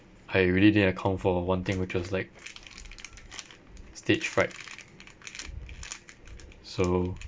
I really didn't account for one thing which was like stage fright so